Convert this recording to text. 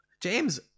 James